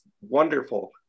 wonderful